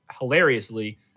Hilariously